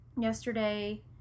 Yesterday